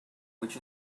which